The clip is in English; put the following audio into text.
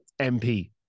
MP